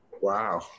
wow